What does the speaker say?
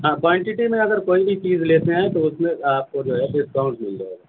ہاں کوانٹٹی میں اگر کوئی بھی چیز لیتے ہیں تو اُس میں آپ کو جو ہے ڈسکاؤنٹ مِل جا ئے گا